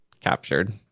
captured